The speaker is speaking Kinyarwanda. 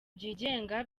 byigenga